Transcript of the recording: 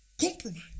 compromise